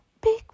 big